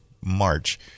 March